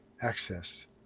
access